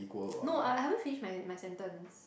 no I haven't finish my my sentence